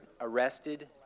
arrested